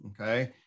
okay